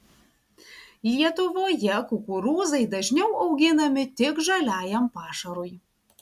lietuvoje kukurūzai dažniau auginami tik žaliajam pašarui